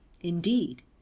Indeed